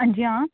अंजी आं